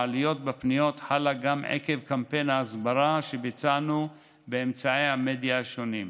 העלייה בפניות חלה גם עקב קמפיין ההסברה שביצענו באמצעי המדיה השונים.